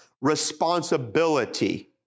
responsibility